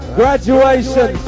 graduation